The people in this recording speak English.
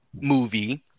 movie